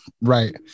Right